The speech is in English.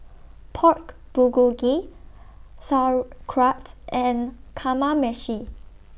Pork Bulgogi Sauerkraut and Kamameshi